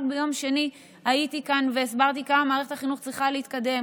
רק ביום שני הייתי כאן והסברתי כמה מערכת החינוך צריכה להתקדם,